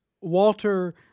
Walter